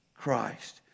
Christ